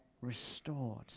restored